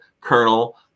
Colonel